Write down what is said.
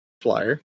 flyer